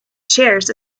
shares